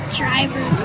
driver's